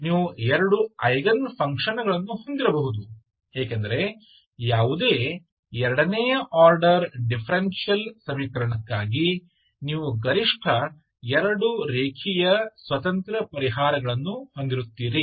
ನೀವು ಎರಡು ಐಗನ್ ಫಂಕ್ಷನ್ಗಳನ್ನು ಹೊಂದಿರಬಹುದು ಏಕೆಂದರೆ ಯಾವುದೇ ಎರಡನೇ ಆರ್ಡರ್ ಡಿಫರೆನ್ಷಿಯಲ್ ಸಮೀಕರಣಕ್ಕಾಗಿ ನೀವು ಗರಿಷ್ಠ ಎರಡು ರೇಖೀಯ ಸ್ವತಂತ್ರ ಪರಿಹಾರಗಳನ್ನು ಹೊಂದಿರುತ್ತೀರಿ